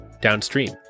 downstream